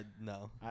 No